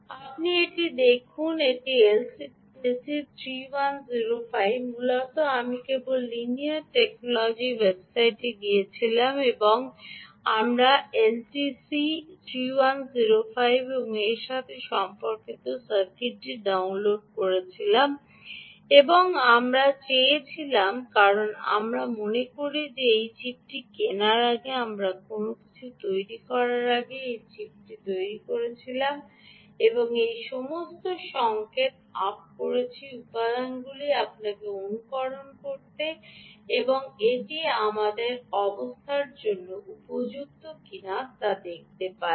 আপনি এটি দেখুন এটি এলটিসি 3105 মূলত আমি কেবল লিনিয়ার টেকনোলজির ওয়েবসাইটে গিয়েছিলাম এবং আমরা এলটিসি 3105 এবং এর সাথে সম্পর্কিত সার্কিটটি ডাউনলোড করেছিলাম এবং আমরা চেয়েছিলাম কারণ আমরা মনে করি যে এই চিপটি কেনার আগে আমরা কোনও কিছু তৈরি করার আগে এই চিপটি তৈরি করেছিলাম এবং এই সমস্ত সংকেত আপ করেছি উপাদানগুলি আপনাকে অনুকরণ করতে এবং এটি আমাদের অবস্থার জন্য উপযুক্ত কিনা তা দেখতে পারে